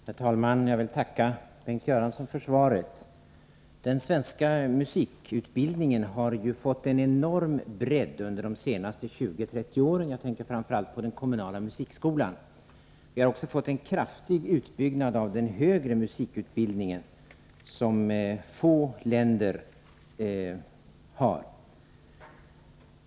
Herr talman! Jag vill tacka Bengt Göransson för svaret. Den svenska musikutbildningen har ju fått en enorm bredd under de senaste 20-30 åren. Jag tänker framför allt på den kommunala musikskolan. Vi har också fått en kraftig utbyggnad av den högre musikutbildningen — en utbyggnad som få länder har motsvarighet till.